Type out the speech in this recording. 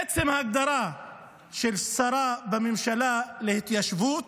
עצם ההגדרה של שרה בממשלה כשרה להתיישבות